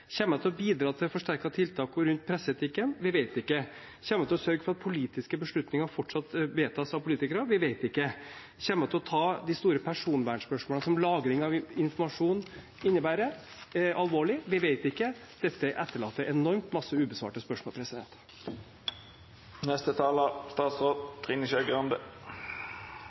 til å bidra til forsterkede tiltak rundt presseetikken? Vi vet ikke. Kommer hun til å sørge for at politiske beslutninger fortsatt vedtas av politikere? Vi vet ikke. Kommer hun til å ta de store personvernspørsmålene som lagring av informasjon innebærer, alvorlig? Vi vet ikke. Dette etterlater enormt mange ubesvarte spørsmål.